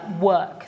work